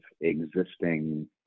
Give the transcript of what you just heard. existing